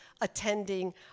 attending